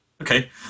Okay